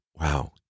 Wow